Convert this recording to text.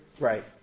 Right